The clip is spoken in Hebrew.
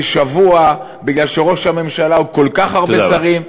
שבוע בגלל שראש הממשלה הוא כל כך הרבה שרים,